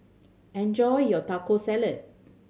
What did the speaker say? enjoy your Taco Salad